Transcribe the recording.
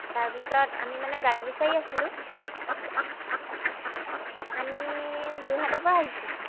তাৰপিছত আমি মানে গাড়ী বিচাৰি আছিলোঁ আমি যোৰহাটৰ পৰা আহিছোঁ